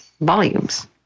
volumes